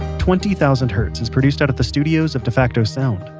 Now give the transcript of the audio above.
twenty thousand hertz is produced out of the studios of defacto sound,